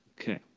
Okay